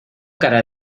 cara